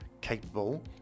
capable